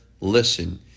listen